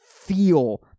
feel